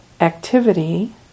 activity